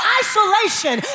isolation